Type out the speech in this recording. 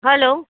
hello